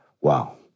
wow